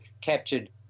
captured